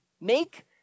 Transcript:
Make